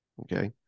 Okay